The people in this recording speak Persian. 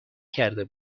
کرده